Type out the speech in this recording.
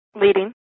Leading